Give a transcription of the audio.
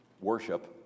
worship